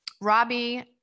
Robbie